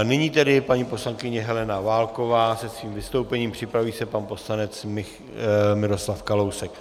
Nyní tedy paní poslankyně Helena Válková se svým vystoupení, připraví se pan poslanec Miroslav Kalousek.